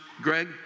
Greg